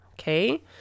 Okay